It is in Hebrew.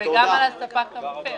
וגם על הספק המפר.